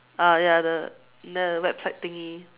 ah ya the the website thingy